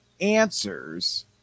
Answers